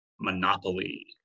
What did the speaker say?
Monopoly